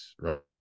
right